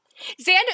xander